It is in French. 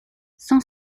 saint